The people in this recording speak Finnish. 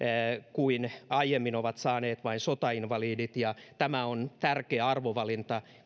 jotka aiemmin ovat saaneet vain sotainvalidit tämä on koko eduskunnalta tärkeä arvovalinta